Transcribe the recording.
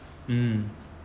mm